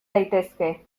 daitezke